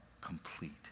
complete